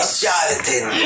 charlatan